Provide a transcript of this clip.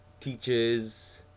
teaches